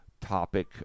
topic